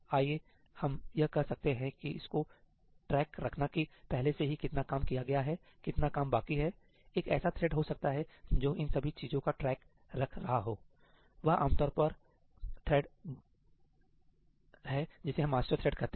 आइए हम यह कह सकते हैं कि इसका ट्रैक रखना कि पहले से ही कितना काम किया गया है कितना काम बाकी है एक ऐसा थ्रेड हो सकता है जो इन सभी चीजों का ट्रैक रख रहा है वह आमतौर पर वह थ्रेड है जिसे हम मास्टर थ्रेड कहते हैं